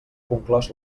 conclòs